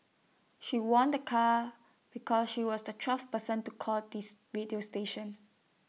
she won the car because she was the twelfth person to call this radio station